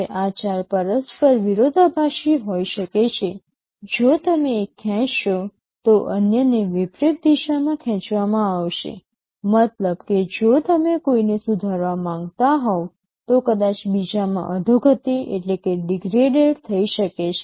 હવે આ ચાર પરસ્પર વિરોધાભાસી હોઈ શકે છે જો તમે એક ખેંચશો તો અન્યને વિપરીત દિશામાં ખેંચવામાં આવશે મતલબ કે જો તમે કોઈને સુધારવા માંગતા હોવ તો કદાચ બીજામાં અધોગતિ થઈ શકે છે